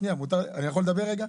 שנייה, אני יכול לדבר רגע?